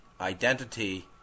identity